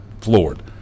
floored